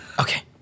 Okay